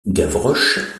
gavroche